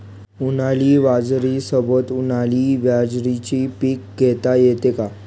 उन्हाळी बाजरीसोबत, उन्हाळी ज्वारीचे पीक घेता येते का?